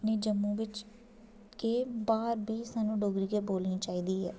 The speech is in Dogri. अपने जम्मू बिच्च केह् बाह्र बी सानू डोगरी गै बोलनी चाहिदी ऐ